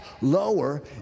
lower